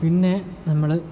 പിന്നെ നമ്മൾ